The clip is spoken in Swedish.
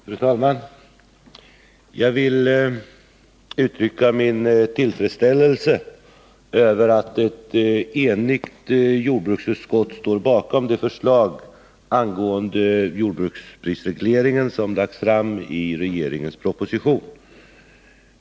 Fru talman! Jag vill uttrycka min tillfredsställelse över att ett enigt jordbruksutskott står bakom det förslag angående jordbruksprisregleringen som har lagts fram i regeringens proposition.